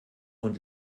und